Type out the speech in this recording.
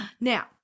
now